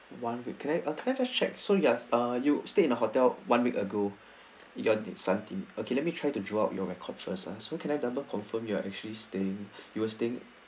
one week can I uh can I just check so yes uh you you stay in a hotel one week ago you're need something okay let me try to draw your record first so can I double confirm you are actually staying you were staying